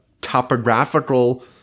topographical